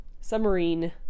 submarine